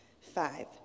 Five